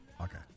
Okay